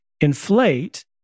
inflate